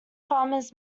farmers